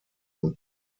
und